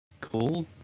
cool